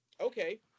Okay